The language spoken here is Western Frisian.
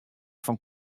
fan